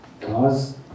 cause